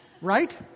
right